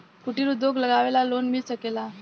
कुटिर उद्योग लगवेला लोन मिल सकेला?